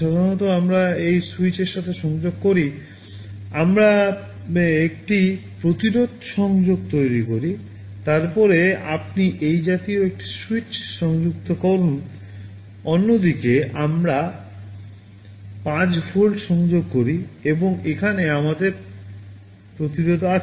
সাধারণত আমরা একটি সুইচ এর সাথে সংযোগ করি আমরা একটি প্রতিরোধ সংযোগ করি তারপরে আপনি এই জাতীয় একটি সুইচ সংযুক্ত করুন অন্যদিকে আমরা 5 ভোল্ট সংযোগ করি এবং এখানে আমাদের প্রতিরোধ আছে